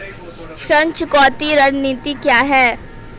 ऋण चुकौती रणनीति क्या है?